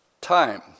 time